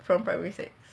from primary six